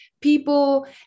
people